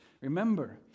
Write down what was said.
Remember